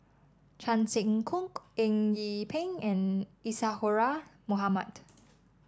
Chan Sek Keong Eng Yee Peng and Isadhora Mohamed